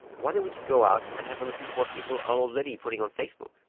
why don't we just go out and have a listen to what people are already putting on facebook.